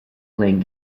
playing